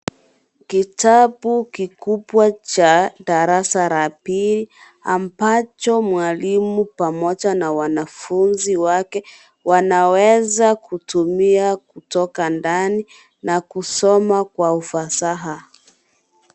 Kitabu kikubwa cha darasa la pili. Ambacho mwalimu pamoja na wanafunzi wake wanaweza kutumia kutoka ndani. Na kusoma kwa ufasaha